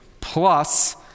plus